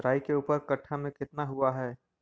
राई के ऊपर कट्ठा में कितना हुआ है?